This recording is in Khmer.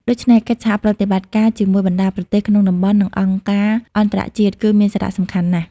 ដូច្នេះ កិច្ចសហប្រតិបត្តិការជាមួយបណ្តាប្រទេសក្នុងតំបន់ និងអង្គការអន្តរជាតិ គឺមានសារៈសំខាន់ណាស់។